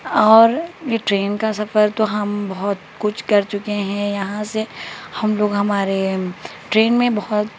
اور یہ ٹرین کا سفر تو ہم بہت کچھ کر چکے ہیں یہاں سے ہم لوگ ہمارے ٹرین میں بہت